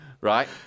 right